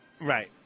Right